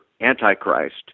antichrist